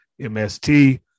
MST